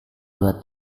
dua